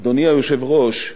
אדוני היושב-ראש,